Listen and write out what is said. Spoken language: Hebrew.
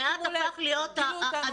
המעט הפך להיות הנורמה,